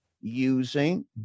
using